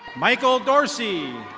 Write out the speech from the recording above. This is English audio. michael dorssey.